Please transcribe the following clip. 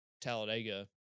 talladega